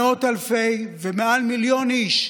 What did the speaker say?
מאות אלפי איש, מעל מיליון איש,